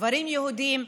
גברים יהודים,